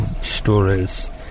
Stories